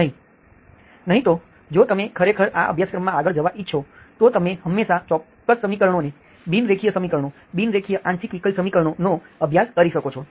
નહિં તો જો તમે ખરેખર આ અભ્યાસક્રમમાં આગળ જવાં ઈચ્છો તો તમે હંમેશા ચોક્કસ સમીકરણોને બિનરેખીય સમીકરણો બિન રેખીય આંશિક વિકલ સમીકરણોનો અભ્યાસ કરી શકો છો